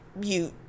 Mute